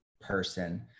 person